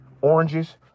oranges